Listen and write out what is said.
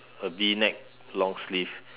a V neck long sleeve